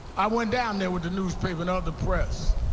i went down there with the newspaper and other press.